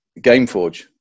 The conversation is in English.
Gameforge